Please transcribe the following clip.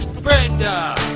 Brenda